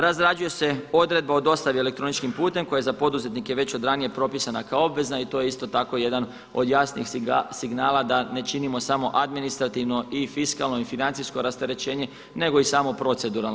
Razrađuje se odredba o dostavi elektroničkim putem koja je za poduzetnike već od ranije propisana kao obvezna i to je isto tako jedan od jasnih signala da ne činimo samo administrativno i fiskalno i financijsko rasterećenje nego i samoproceduralno.